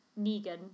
Negan